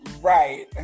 right